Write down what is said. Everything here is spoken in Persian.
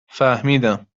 فهمیدم